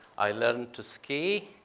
i learned to ski.